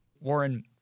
Warren